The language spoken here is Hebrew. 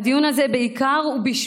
הדיון הזה הוא בעיקר בשבילכם.